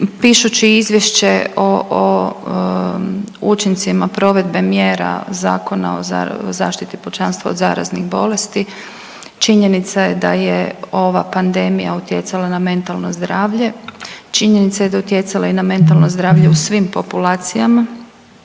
pišući izvješće o učincima provedbe mjera Zakona o zaštiti pučanstva od zaraznih bolesti činjenica je da je ova pandemija utjecala na mentalno zdravlje, činjenica je da je utjecala i na mentalno zdravlje u svim populacijama,